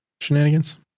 shenanigans